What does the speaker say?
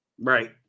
Right